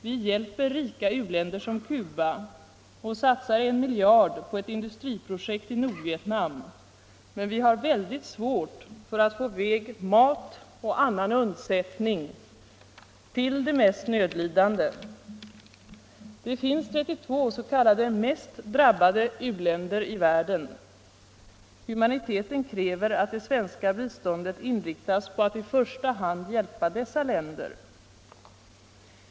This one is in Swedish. Vi hjälper rika u-länder som Cuba och satsar en miljard på ett industriprojekt i Nordvietnam, men vi har väldigt svårt för att få i väg mat och annan undsättning till de mest nödlidande. Det finns 32 s.k. mest drabbade u-länder i världen. Humaniteten kräver att det svenska biståndet inriktas på att i första hand hjälpa dessa länder.